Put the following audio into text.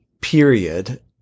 period